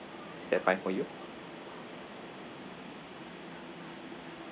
is that fine for you